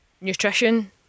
nutrition